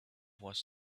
was